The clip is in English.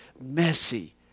messy